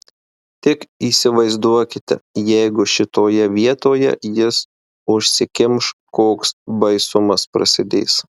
tik įsivaizduokite jeigu šitoje vietoje jis užsikimš koks baisumas prasidės